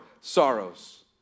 sorrows